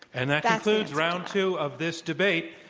and that concludes round two of this debate.